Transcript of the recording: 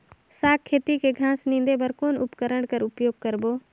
साग खेती के घास निंदे बर कौन उपकरण के उपयोग करबो?